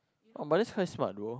oh mother's friend smart though